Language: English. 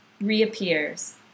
reappears